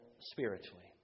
spiritually